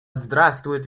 здравствует